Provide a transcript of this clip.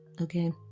okay